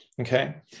okay